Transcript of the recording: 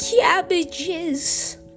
cabbages